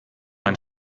ein